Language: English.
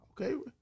Okay